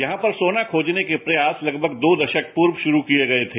यहां पर सोना खोजने के प्रयास लगभग दो दशक पूर्व शुरू किए गए थे